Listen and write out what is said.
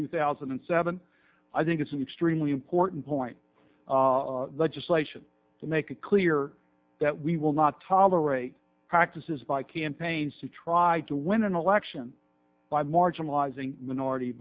two thousand and seven i think it's an extremely important point legislation to make it clear that we will not tolerate practices by campaigns to try to win an election by marginalizing minority